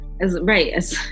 right